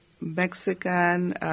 Mexican